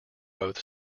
both